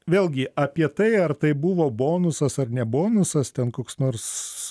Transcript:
vėlgi apie tai ar tai buvo bonusas ar ne bonusas ten koks nors